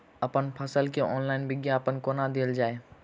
अप्पन फसल केँ ऑनलाइन विज्ञापन कोना देल जाए?